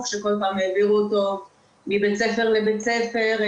שכל פעם העבירו אותו מבית ספר לבית ספר,